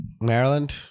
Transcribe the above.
Maryland